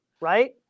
right